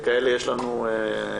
כאלה יש לנו מספיק,